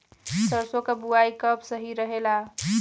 सरसों क बुवाई कब सही रहेला?